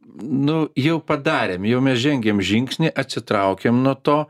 nu jau padarėm jau mes žengėm žingsnį atsitraukėm nuo to